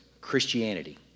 Christianity